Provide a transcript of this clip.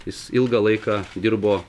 jis ilgą laiką dirbo